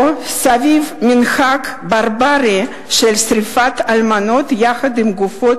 או סביב מנהג ברברי של שרפת אלמנות עם גופות